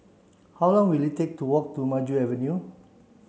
how long will it take to walk to Maju Avenue